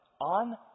on